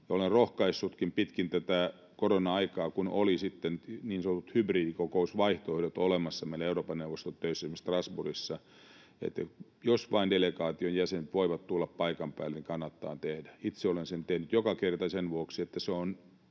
Olen rohkaissutkin pitkin tätä korona-aikaa — kun oli sitten niin sanotut hybridikokousvaihtoehdot olemassa meillä Euroopan neuvoston töissä, esimerkiksi Strasbourgissa — että jos vain delegaation jäsenet voivat tulla paikan päälle, niin kannattaa se tehdä. Itse olen sen tehnyt joka kerta sen vuoksi, että se on